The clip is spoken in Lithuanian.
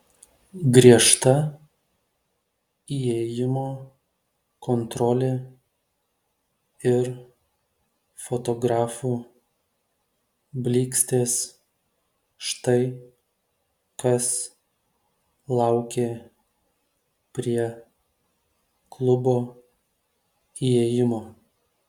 griežta įėjimo kontrolė ir fotografų blykstės štai kas laukė prie klubo įėjimo